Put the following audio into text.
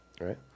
Right